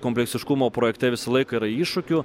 kompleksiškumo projekte visą laiką yra iššūkių